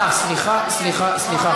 אה, סליחה, סליחה, סליחה.